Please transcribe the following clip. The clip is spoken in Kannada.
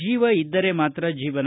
ಜೀವ ಇದ್ದರೆ ಮಾತ್ರ ಜೀವನ